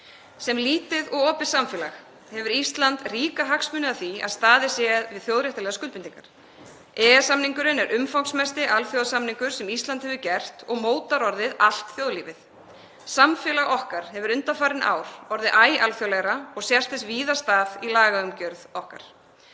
Sem lítið og opið samfélag hefur Ísland ríka hagsmuni af því að staðið sé við þjóðréttarlegar skuldbindingar. EES-samningurinn er umfangsmesti alþjóðasamningur sem Ísland hefur gert og mótar orðið allt þjóðlífið. Samfélag okkar hefur undanfarin ár orðið æ alþjóðlegra og sést þess víða stað í lagaumgjörð okkar.